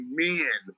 men